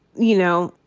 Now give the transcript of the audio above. you know,